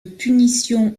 punition